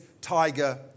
tiger